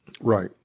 Right